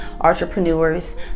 entrepreneurs